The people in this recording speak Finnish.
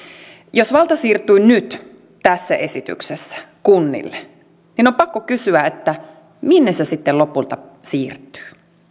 jos valta siirtyy nyt tässä esityksessä kunnille niin on pakko kysyä minne se sitten lopulta siirtyy